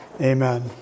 Amen